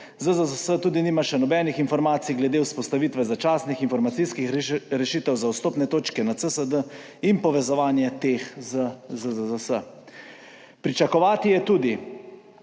ZZZS tudi nima še nobenih informacij glede vzpostavitve začasnih informacijskih rešitev za vstopne točke na CSD in povezovanje teh z ZZZS. Pričakovati je tudi